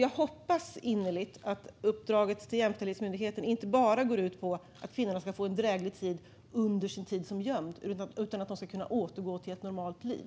Jag hoppas innerligt att uppdraget till Jämställdhetsmyndigheten inte bara går ut på att kvinnorna ska få en dräglig tid som gömda utan att de ska kunna återgå till ett normalt liv.